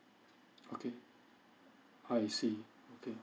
okay I see okay